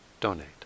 donate